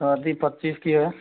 शादी पच्चीस की है